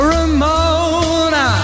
Ramona